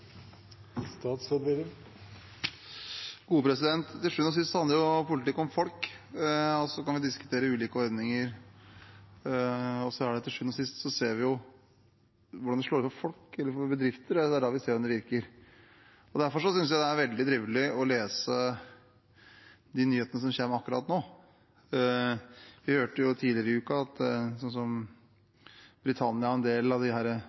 Til sjuende og sist handler politikk om folk. Vi kan diskutere ulike ordninger, men til sjuende og sist ser vi hvordan det slår ut for folk og for bedrifter – det er da vi ser om det virker. Derfor synes jeg det er veldig trivelig å lese de nyhetene som kommer akkurat nå. Vi hørte tidligere i uka at Britannia og en del av de